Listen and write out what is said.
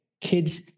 kids